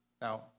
Now